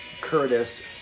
Curtis